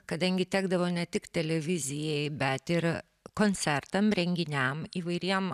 kadangi tekdavo ne tik televizijai bet ir koncertam renginiam įvairiem